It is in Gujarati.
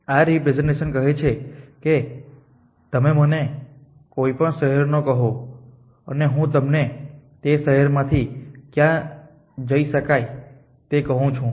આ રિપ્રેસેંટેશન કહે છે કે તમે મને કોઈ પણ શહેર કહો અને હું તમને તે શહેરમાંથી ક્યાં જઈ શકાય તે કહું છું